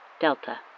DELTA